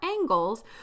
angles